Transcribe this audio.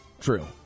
True